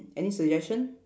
any suggestion